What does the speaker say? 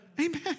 Amen